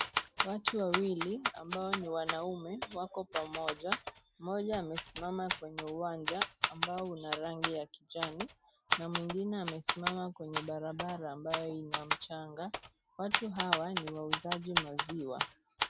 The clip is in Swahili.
Watu wawili ambao ni wanaume wako pamoja. Mmoja amesimama kwenye uwanja ambao una rangi ya kijani na mwingine amesimama kwenye barabara ambayo ina mchanga. Watu hawa ni wauzaji maziwa;.